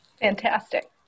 fantastic